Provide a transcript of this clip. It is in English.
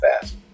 fast